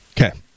Okay